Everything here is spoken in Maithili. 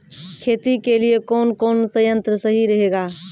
खेती के लिए कौन कौन संयंत्र सही रहेगा?